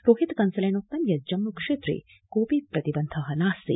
रोहित कंसलेनोक्तं यत् जम्मू क्षेत्रे कोऽपि प्रतिबन्ध नास्ति